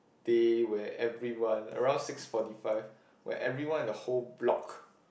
day where everyone around six forty five where everyone in the whole block